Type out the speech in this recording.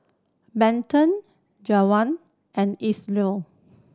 Benton and Ethyle